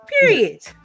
period